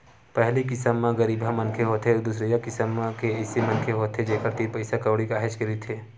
पहिली किसम म गरीबहा मनखे होथे अउ दूसरइया किसम के अइसन मनखे होथे जेखर तीर पइसा कउड़ी काहेच के रहिथे